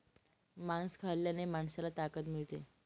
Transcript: मांस खाल्ल्याने माणसाला ताकद मिळते